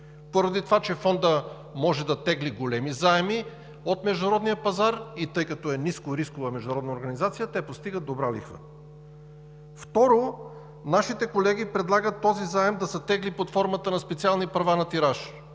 поради това, че Фондът може да тегли големи заеми от международния пазар и тъй като е нискорискова международна организация, те постигат добра лихва. Второ, нашите колеги предлагат този заем да се тегли под формата на специални права на тираж.